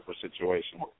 situation